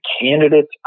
candidate's